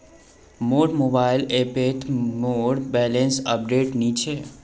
मोर मोबाइल ऐपोत मोर बैलेंस अपडेट नि छे